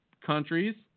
countries